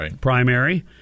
primary